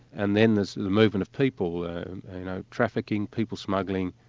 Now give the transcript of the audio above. and then there's the movement of people, and you know trafficking, people-smuggling,